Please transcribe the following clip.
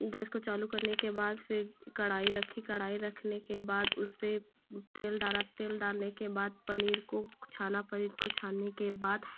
gas को चालू करने के बाद फिर कड़ाही रखी कड़ाही रखने के बाद उस पर तेल डाला तेल डालने के बाद पनीर को छाना पनीर को छानने के बाद